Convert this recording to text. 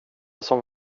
som